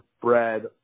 bread